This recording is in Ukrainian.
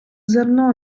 зерно